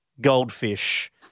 goldfish